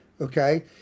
okay